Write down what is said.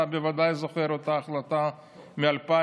אתה בוודאי זוכר את אותה החלטה מ-2017,